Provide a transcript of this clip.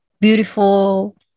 beautiful